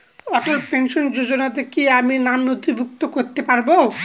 অটল pension যোজনাতে কি আমি নাম নথিভুক্ত করতে পারবো?